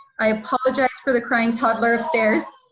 i apologize for the crying toddler upstairs.